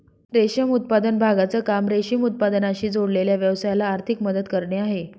रेशम उत्पादन विभागाचं काम रेशीम उत्पादनाशी जोडलेल्या व्यवसायाला आर्थिक मदत करणे आहे